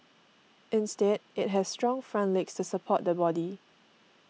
instead it has strong front legs to support the body